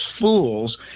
fools